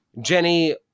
Jenny